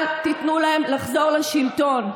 אל תיתנו להם לחזור לשלטון.